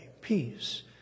peace